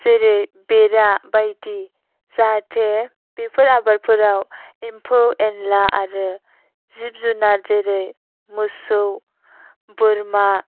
जेरै बेरा बायदि जाहाथे बेफोर आबादफोराव एम्फौ एनला आरो जिब जुनार जेरै मोसौ बोरमा